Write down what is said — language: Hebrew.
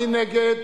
מי נגד?